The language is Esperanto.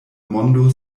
mondo